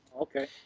Okay